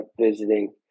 visiting